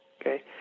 okay